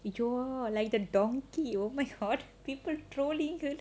you draw like the donkey oh my god people truly good